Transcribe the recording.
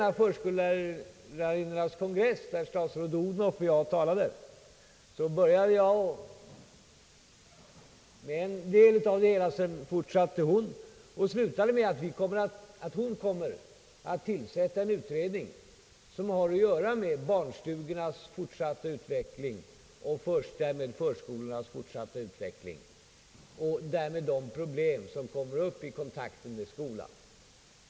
På förskollärarinnornas kongress, där statsrådet Odhnoff och jag talade, tog fru Odhnoff vid där jag slutade mitt tal, och fru Odhnoff meddelade att hon kommer att tillsätta en utredning angående barnstugornas och förskolornas fortsatta utveckling och de problem som kommer upp vid kontakten med skolan.